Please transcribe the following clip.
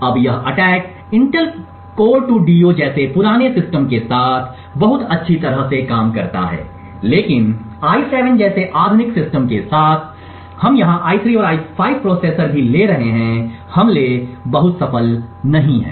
अब यह attack Intel Core 2 Duo जैसे पुराने सिस्टम के साथ बहुत अच्छी तरह से काम करता है लेकिन i7 जैसे आधुनिक सिस्टम के साथ हम यहां i3 और i5 प्रोसेसर भी ले रहे हैं हमले बहुत सफल नहीं हैं